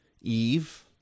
Eve